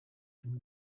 and